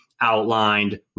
outlined